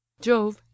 jove